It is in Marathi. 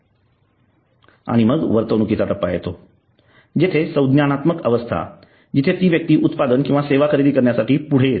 आणि मग वर्तणुकीचा टप्पा येतो किंवा संज्ञानात्मक अवस्था जिथे ती व्यक्ती उत्पादन किंवा सेवा खरेदी करण्यासाठी पुढे येतो